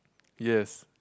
yes